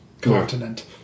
continent